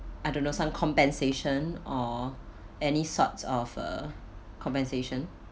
I don't know some compensation or any sorts of uh compensation